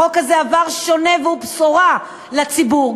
החוק הזה שונה והוא בשורה לציבור,